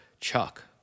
Chuck